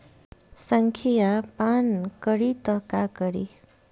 संखिया पान करी त का करी?